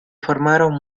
formaron